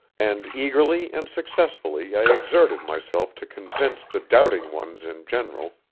and eagerly and successfully i exerted myself to convince the doubting ones in general,